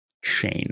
Shane